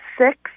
six